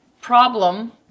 problem